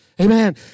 Amen